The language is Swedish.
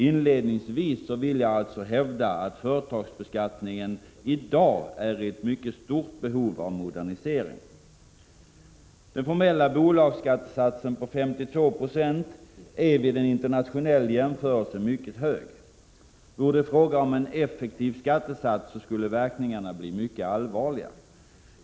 Inledningsvis vill jag hävda att företagsbeskattningen i dag är i mycket stort behov av modernisering. Den formella bolagsskattesatsen på 52 Yo är vid en internationell jämförelse mycket hög. Vore det fråga om en effektiv skattesats skulle verkningarna bli mycket allvarliga.